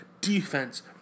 defense